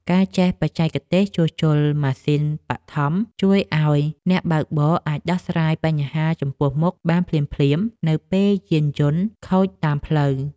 ការចេះបច្ចេកទេសជួសជុលម៉ាស៊ីនបឋមជួយឱ្យអ្នកបើកបរអាចដោះស្រាយបញ្ហាចំពោះមុខបានភ្លាមៗនៅពេលយានយន្ដខូចតាមផ្លូវ។